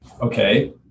okay